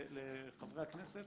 לחברי הכנסת,